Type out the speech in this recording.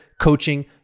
coaching